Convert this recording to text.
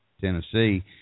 Tennessee